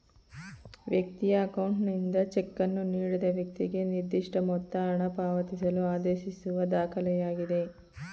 ವ್ಯಕ್ತಿಯ ಅಕೌಂಟ್ನಿಂದ ಚೆಕ್ಕನ್ನು ನೀಡಿದ ವ್ಯಕ್ತಿಗೆ ನಿರ್ದಿಷ್ಟಮೊತ್ತ ಹಣಪಾವತಿಸಲು ಆದೇಶಿಸುವ ದಾಖಲೆಯಾಗಿದೆ